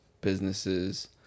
businesses